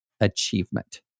Achievement